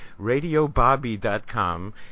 radiobobby.com